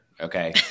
Okay